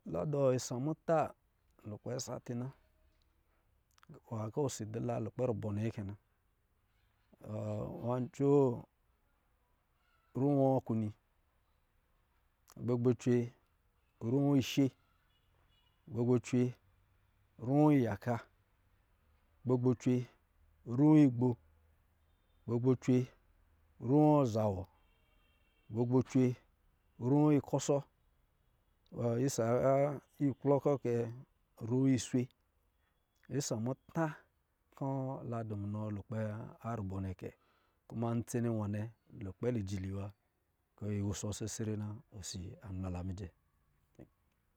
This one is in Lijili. La dɔ isa muta lukpɛ sati na nwa kɔ̄ ɔ ‘si dɔ̄ lukpɛ rubɔ nnɛ kɛ na nwa coo, ru an kwini gbɛ-gbɛ cwe, ruwɔ ishe, gbɛ-gbɛ cwe, ruwɔ iyaka, gbɛ-gbɛ- cwe rawɔ igbɔ, gbɛ-gbɛ cwe, ruwɔ za wɔ, gbɛ cwe, ruwɔ, ikɔsɔ, gbɛ-gbɛ cwe, isa a iklɔ kɔ̄ kɛ, ruwɔ iswe. Isa muta kɔ̄ la dɔ̄ munɔ nɔ luvpɛ rubɔ nnɛ kɛ, kama ntsene nwa lukpɛ lijili wa kɔ̄ yi wɔ sesere na osi amla la myi